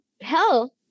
hell